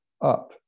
up